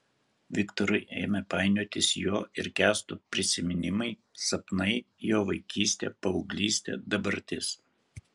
viktorui ėmė painiotis jo ir kęsto prisiminimai sapnai jo vaikystė paauglystė dabartis